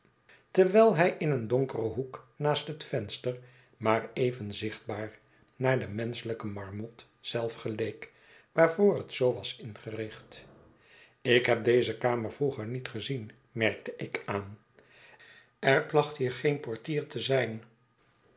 terwijl hij in een donkeren hoek naast het venster maar even zichtbaar naar de menschelijke marmot zelf geleek waarvoor het zoo was ingericht ik heb deze kamer vroeger niet gezien merkte ik aan er placht hier geen portier te zijn